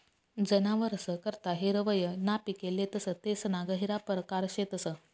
जनावरस करता हिरवय ना पिके लेतस तेसना गहिरा परकार शेतस